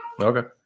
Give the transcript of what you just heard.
Okay